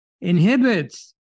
inhibits